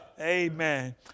Amen